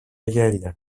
γέλια